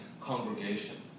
congregation